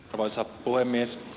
arvoisa puhemies